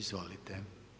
Izvolite.